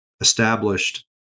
established